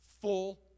full